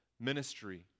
ministry